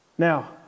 Now